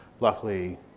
Luckily